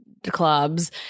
Clubs